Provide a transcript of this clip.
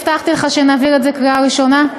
הבטחתי לך שנעביר את זה בקריאה הראשונה.